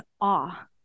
awe